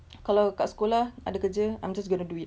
kalau dekat sekolah ada kerja I'm just going to do it